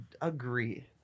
Agree